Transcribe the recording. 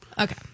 Okay